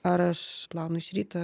ar aš plaunu iš ryto